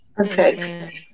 Okay